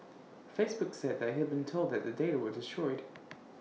Facebook said IT had been told that the data were destroyed